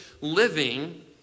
living